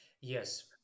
Yes